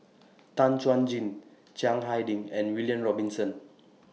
Tan Chuan Jin Chiang Hai Ding and William Robinson